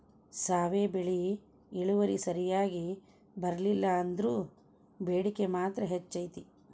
ಸಾವೆ ಬೆಳಿ ಇಳುವರಿ ಸರಿಯಾಗಿ ಬರ್ಲಿಲ್ಲಾ ಅಂದ್ರು ಬೇಡಿಕೆ ಮಾತ್ರ ಹೆಚೈತಿ